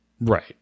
Right